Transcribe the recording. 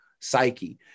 psyche